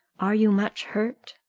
are you much hurt?